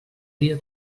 dia